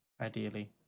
Ideally